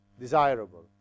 desirable